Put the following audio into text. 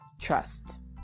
Trust